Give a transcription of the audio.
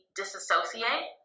disassociate